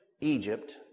Egypt